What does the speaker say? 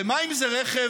ומה אם זה רכב